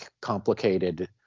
complicated